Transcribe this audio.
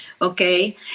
okay